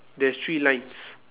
there's three lines